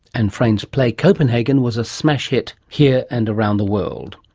and frayn's play copenhagen was a smash hit here and around the world.